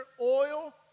oil